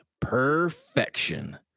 Perfection